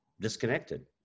disconnected